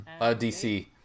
DC